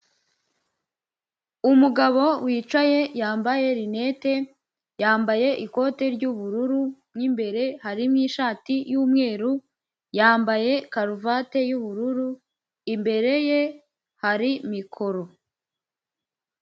Umugabo wicaye yambaye rinete yambaye ikote ry'ubururu mo imbere harimo ishati y'umweru yambaye karuvati y'ubururu imbere ye hari mikoro.